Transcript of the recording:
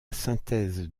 synthèse